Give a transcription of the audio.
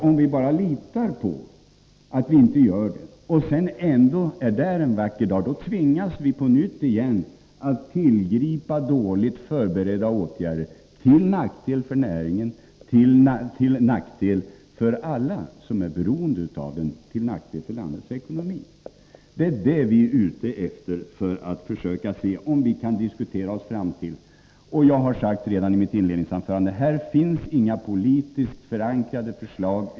Om vi bara litar på att detta inte skall bli fallet och ändå en vacker dag hamnar i den situationen, tvingas vi på nytt att tillgripa dåligt förberedda åtgärder, till nackdel för näringen och för alla som är beroende av denna, till nackdel för landets ekonomi. Vad vi är ute efter är att försöka diskutera oss fram till en lösning. Jag sade i mitt inledningsanförande i går att det ännu inte finns några politiskt förankrade förslag.